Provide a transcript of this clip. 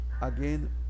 again